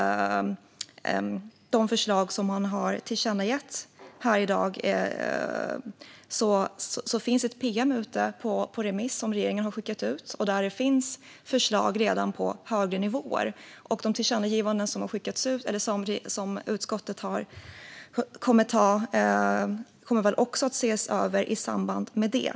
De förslag som han har tillkännagett här i dag ingår inte. Men det finns ett pm som regeringen har skickat ut på remiss. Där finns förslag på högre nivåer. De förslag till tillkännagivanden som finns i betänkandet kommer väl också att beaktas i samband med detta.